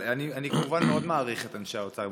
אני כמובן מעריך מאוד את אנשי האוצר.